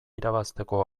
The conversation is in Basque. irabazteko